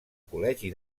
col·legi